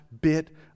bit